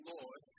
Lord